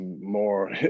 more